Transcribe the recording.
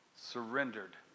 surrendered